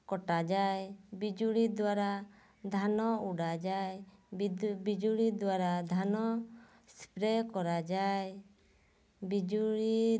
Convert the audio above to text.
କଟାଯାଏ ବିଜୁଳି ଦ୍ଵାରା ଧାନ ଉଡ଼ାଯାଏ ବିଦୁ ବିଜୁଳି ଦ୍ଵାରା ଧାନ ସ୍ପ୍ରେ କରାଯାଏ ବିଜୁଳି